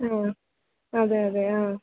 ആ അതെയതെ ആ